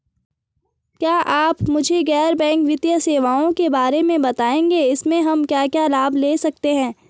क्या आप मुझे गैर बैंक वित्तीय सेवाओं के बारे में बताएँगे इसमें हम क्या क्या लाभ ले सकते हैं?